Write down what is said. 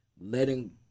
letting